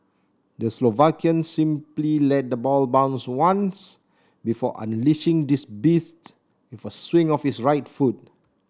the Slovakian simply let the ball bounced once before unleashing this beast with a swing of his right foot